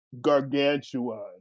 gargantuan